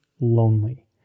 lonely